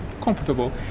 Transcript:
comfortable